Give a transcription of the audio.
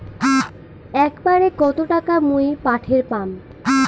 একবারে কত টাকা মুই পাঠের পাম?